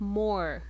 more